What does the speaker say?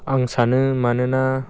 आं सानो मानोना